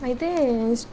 అయితే